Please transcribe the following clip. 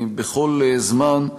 בכל זמן,